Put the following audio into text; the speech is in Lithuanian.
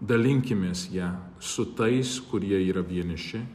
dalinkimės ja su tais kurie yra vieniši